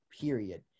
Period